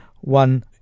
one